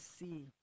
see